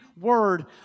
word